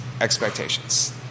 expectations